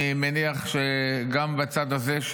אני מניח שגם בצד הזה,